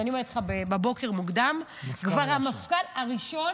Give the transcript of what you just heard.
אני אומרת לך שבבוקר מוקדם, המפכ"ל, הראשון